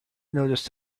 noticed